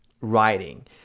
writing